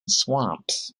swamps